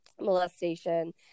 molestation